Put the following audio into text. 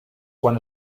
quan